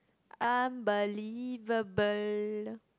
unbelievable